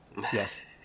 Yes